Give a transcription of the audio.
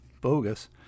bogus